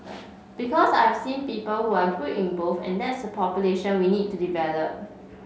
because I've seen people who are good in both and that's the population we need to develop